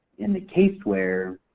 in the case where